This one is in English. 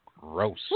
gross